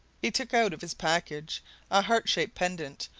he took out of his package a heart-shaped pendant,